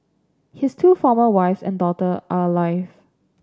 his two former wives and daughter are alive